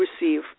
receive